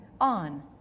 on